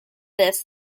this